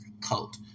cult